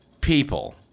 people